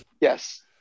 Yes